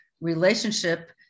relationship